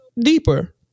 deeper